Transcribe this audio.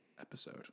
episode